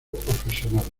profesionales